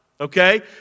okay